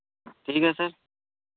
ठीक है सर